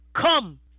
come